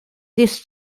this